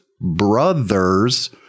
brothers